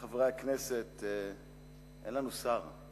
חברי הכנסת, אין לנו שר.